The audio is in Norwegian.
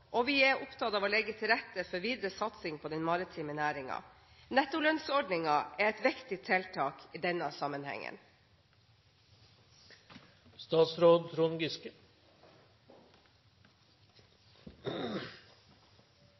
og vi er opptatt av å legge til rette for videre satsing på den maritime næringen. Nettolønnsordningen er et viktig tiltak i denne sammenhengen.